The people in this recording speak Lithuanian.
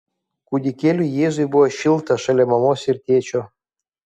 kūdikėliui jėzui buvo šilta šalia mamos ir tėčio